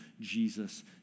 Jesus